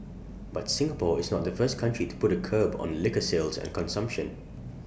but Singapore is not the first country to put A curb on liquor sales and consumption